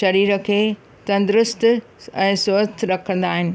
शरीर खे तंदुरुस्तु ऐं स्वस्थ रखंदा आहिनि